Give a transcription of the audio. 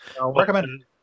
recommend